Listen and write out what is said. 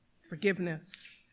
forgiveness